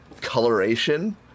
coloration